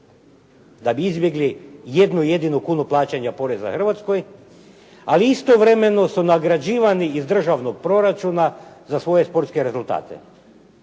da bi izbjegli jednu jedinu kunu plaćanja poreza Hrvatskoj, ali istovremeno su nagrađivani iz državnog proračuna za svoje sportske rezultate.